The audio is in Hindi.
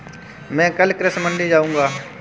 मैं कल कृषि मंडी जाऊँगा